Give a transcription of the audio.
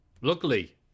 Luckily